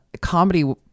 Comedy